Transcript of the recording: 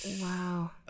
Wow